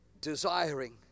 desiring